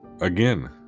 again